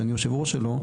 שאני היושב ראש שלו,